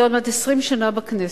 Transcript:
אני עוד מעט 20 שנה בכנסת,